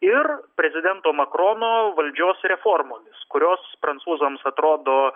ir prezidento makrono valdžios reformomis kurios prancūzams atrodo